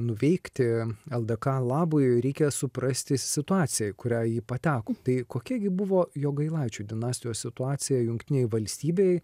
nuveikti ldk labui reikia suprasti situaciją į kurią ji pateko tai kokia gi buvo jogailaičių dinastijos situacija jungtinėj valstybėj